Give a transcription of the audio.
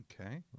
Okay